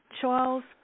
Charles